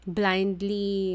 blindly